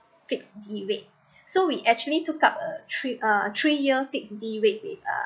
fixed D rate so we actually took up a three uh three year fixed D rate with